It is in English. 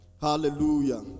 hallelujah